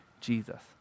Jesus